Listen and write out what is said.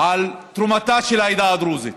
על תרומתה של העדה הדרוזית,